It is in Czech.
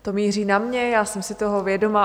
To míří na mě, já jsem si toho vědoma.